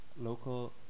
local